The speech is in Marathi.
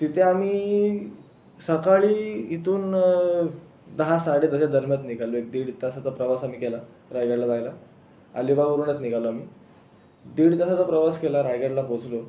तिथे आम्ही सकाळी इथून दहा साडे दहाच्या दरम्यान निघालो एक दीड तासाचा प्रवास आम्ही केला रायगडला जायला अलिबागवरूनच निघालो आम्ही दीड तासाचा प्रवास केला रायगडला पोहचलो